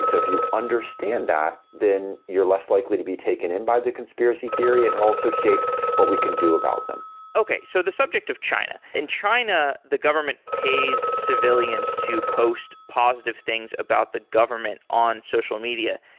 so if you understand that, then you're less likely to be taken in by the conspiracy theory and and also shapes what we can do about them okay. so the subject of china. in china, the government pays civilians to post positive things about the government on social media.